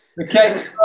Okay